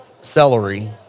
celery